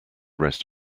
rest